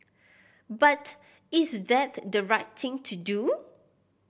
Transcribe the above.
but is that the right thing to do